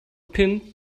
pin